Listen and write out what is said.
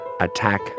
Attack